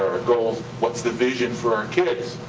goals, what's the vision for our kids?